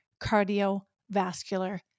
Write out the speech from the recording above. cardiovascular